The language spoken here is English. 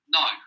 no